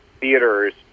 theaters